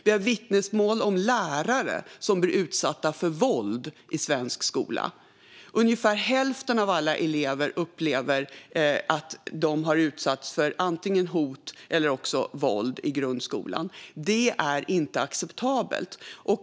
Vi har vittnesmål om lärare som blir utsatta för våld i svensk skola. Ungefär hälften av alla elever upplever att de har utsatts för antingen hot eller våld i grundskolan. Det är inte acceptabelt.